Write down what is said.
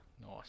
Nice